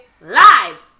Live